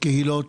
לקהילות,